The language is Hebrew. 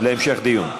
להמשך דיון.